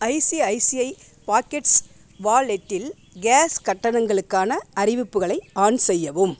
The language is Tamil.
ஐசிஐசிஐ பாக்கெட்ஸ் வாலெட்டில் கேஸ் கட்டணங்களுக்கான அறிவிப்புகளை ஆன் செய்யவும்